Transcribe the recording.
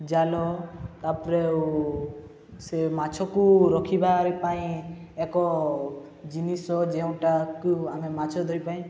ଜାଲ ତା'ପରେ ଆଉ ସେ ମାଛକୁ ରଖିବାର ପାଇଁ ଏକ ଜିନିଷ ଯେଉଁଟାକୁ ଆମେ ମାଛ ଧରି ପାଇଁ